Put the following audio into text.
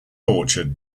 orchard